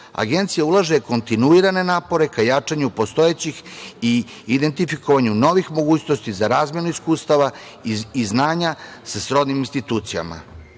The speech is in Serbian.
Agencija ulaže kontinuirane napore ka jačanju postojećih i identifikovanju novih mogućnosti za razmenu iskustava i znanja sa srodnim institucijama.